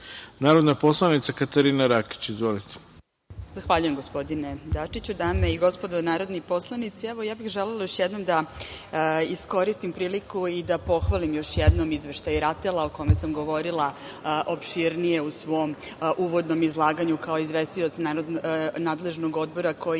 narodni poslanik Katarina Rakić. Izvolite. **Katarina Rakić** Zahvaljujem, gospodine Dačiću. Dame i gospodo narodni poslanici, evo ja bih želela još jednom da iskoristim priliku i da pohvalim još jednom Izveštaj RATEL-a o kome sam govorila opširnije u svom uvodnom izlaganju kao izvestilac nadležnog Odbora koji